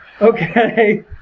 Okay